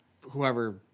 whoever